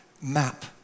map